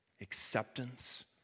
acceptance